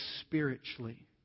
spiritually